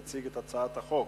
יציג את הצעת החוק